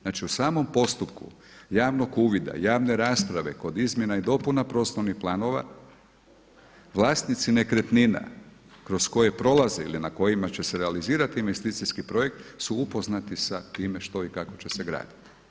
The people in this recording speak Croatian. Znači u samom postupku javnog uvida, javne rasprave kod izmjena i dopuna prostornih planova, vlasnici nekretnina kroz koje prolaze ili na kojima će se realizirati investicijski projekt su upoznati sa time što i kako će se graditi.